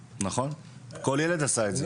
נכון, כל ילד עשה את זה.